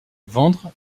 vendre